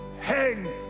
hang